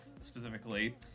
specifically